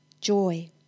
joy